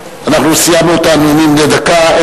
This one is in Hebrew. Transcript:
סיימנו את הנאומים בני דקה,